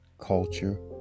culture